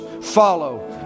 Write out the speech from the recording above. follow